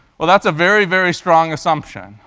well, that's a very, very strong assumption,